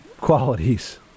qualities